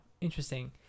interesting